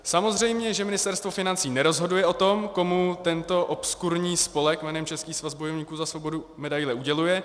Samozřejmě, že Ministerstvo financí nerozhoduje o tom, komu tento obskurní spolek jménem Český svaz bojovníků za svobodu medaile uděluje.